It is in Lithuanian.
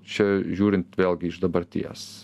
čia žiūrint vėlgi iš dabarties